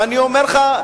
ואני אומר לך,